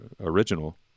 original